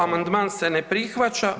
Amandman se ne prihvaća.